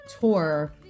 tour